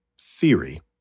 theory